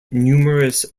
numerous